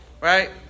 Right